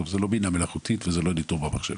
זו לא בינה מלאכותית ולא ניטור במחשב.